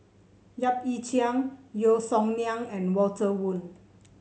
Yap Ee Chian Yeo Song Nian and Walter Woon